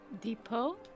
Depot